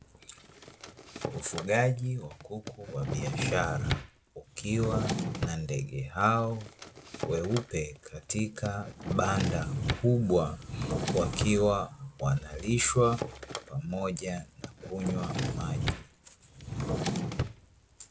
Ufugaji wa kuku wa biashara ukiwa na ndege hao weupe katika banda kubwa wakiwa wanalishwa pamoja na kunywa maji.